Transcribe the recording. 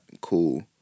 cool